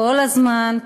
כל הזמן,